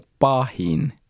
pahin